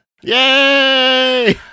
Yay